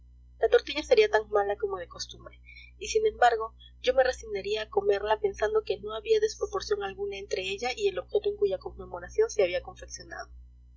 la tortilla sería tan mala como de costumbre y sin embargo yo me resignaría a comerla pensando que no había desproporción alguna entre ella y el objeto en cuya conmemoración se había confeccionado